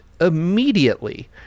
immediately